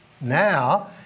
Now